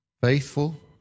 Faithful